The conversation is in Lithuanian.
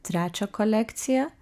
trečią kolekciją